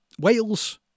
Wales